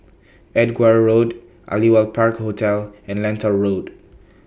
Edgware Road Aliwal Park Hotel and Lentor Road